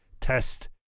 test